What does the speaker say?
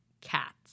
cats